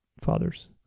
fathers